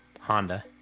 Honda